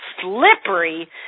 slippery